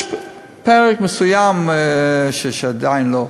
יש פרק מסוים שעדיין לא.